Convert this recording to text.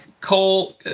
cole